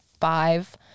five